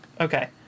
Okay